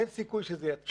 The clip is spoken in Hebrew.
אין סיכוי שזה יצליח.